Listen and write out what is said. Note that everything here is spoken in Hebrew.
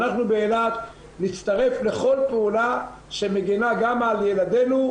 אנחנו באילת נצטרף לכל פעולה שמגנה גם על ילדינו,